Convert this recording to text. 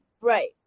Right